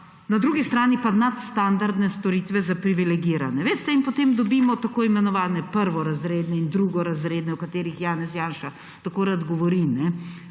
Na drugi strani pa nadstandardne storitve za privilegirane. In potem dobimo tako imenovane prvorazredne in drugorazredne, o katerih Janez Janša tako rad govori,